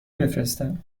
بفرستم